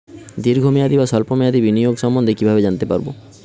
দীর্ঘ মেয়াদি বা স্বল্প মেয়াদি বিনিয়োগ সম্বন্ধে কীভাবে জানতে পারবো?